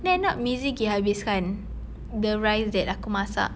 then end up mizi pergi habiskan the rice that aku masak